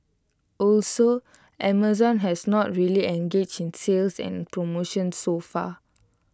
also Amazon has not really engaged in sales and promotions so far